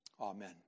amen